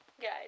guys